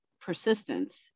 persistence